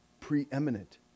preeminent